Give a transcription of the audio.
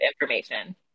information